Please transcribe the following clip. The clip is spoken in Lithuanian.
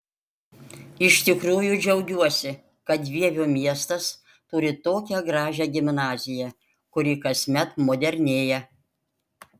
iš tikrųjų džiaugiuosi kad vievio miestas turi tokią gražią gimnaziją kuri kasmet modernėja